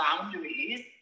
boundaries